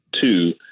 two